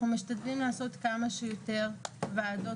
אנחנו משתדלים לעשות כמה שיותר ועדות